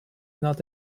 not